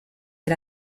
del